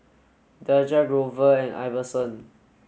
Daja Grover and Iverson